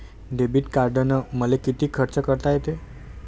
Debit कार्डानं मले किती खर्च करता येते?